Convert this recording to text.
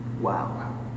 Wow